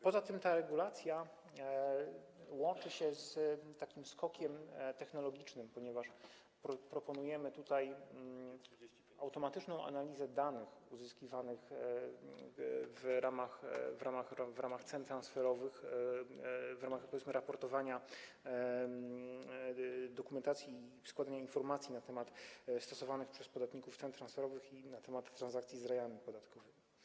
Poza tym ta regulacja łączy się z takim skokiem technologicznym, ponieważ proponujemy tutaj automatyczną analizę danych uzyskiwanych w ramach cen transferowych, w ramach, powiedzmy, raportowania dokumentacji, składania informacji na temat stosowanych przez podatników cen transferowych i na temat transakcji z rajami podatkowymi.